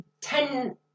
ten